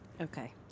Okay